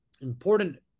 important